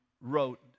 wrote